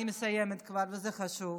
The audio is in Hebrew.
אני כבר מסיימת וזה חשוב.